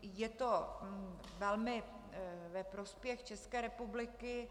Je to velmi ve prospěch České republiky.